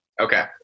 Okay